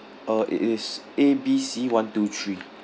uh it is A B C one two three